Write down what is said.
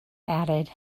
added